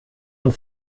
und